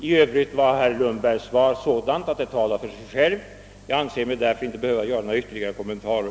I övrigt var herr Lundbergs svar sådant att det talar för sig självt. Jag anser mig därför inte behöva göra några ytterligare kommentarer.